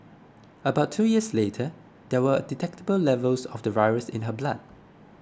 about two years later there were detectable levels of the virus in her blood